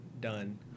done